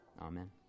Amen